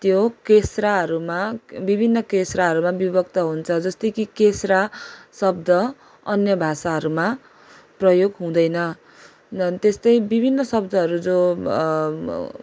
त्यो केस्राहरूमा विभिन्न केस्राहरूमा विभक्त हुन्छ जस्तै कि केस्रा शब्द अन्य भाषाहरूमा प्रयोग हुँदैन झन् त्यस्तै विभिन्न शब्दहरू जो